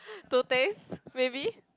to taste maybe